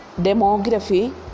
demography